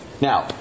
Now